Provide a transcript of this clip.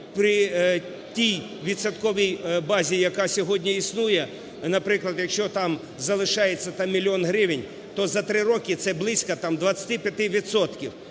при тій відсотковій базі, яка сьогодні існує, наприклад, якщо там залишається там мільйон гривень, то за три роки це близько там